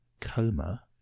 coma